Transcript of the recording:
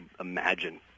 imagine